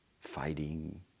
fighting